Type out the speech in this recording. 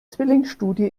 zwillingsstudie